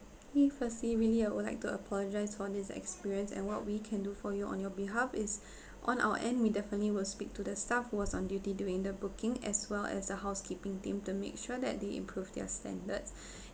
firstly really I would like to apologise for this experience and what we can do for you on your behalf is on our end we definitely will speak to the staff who was on duty during the booking as well as a housekeeping team to make sure that they improve their standards